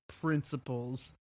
principles